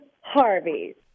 Harvey